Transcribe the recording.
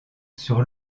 sur